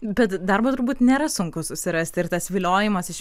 bet darbo turbūt nėra sunku susirasti ir tas viliojimas iš